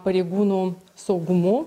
pareigūnų saugumu